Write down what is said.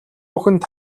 бүхэнд